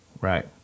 Right